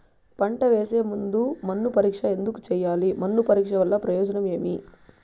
పంట వేసే ముందు మన్ను పరీక్ష ఎందుకు చేయాలి? మన్ను పరీక్ష వల్ల ప్రయోజనం ఏమి?